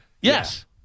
Yes